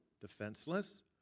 defenseless